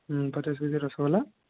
ପଚାଶ କେଜି ରସଗୋଲା